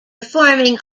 performing